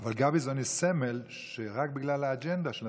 אבל גביזון היא סמל לכך שרק בגלל האג'נדה שלה,